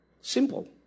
Simple